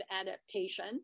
adaptation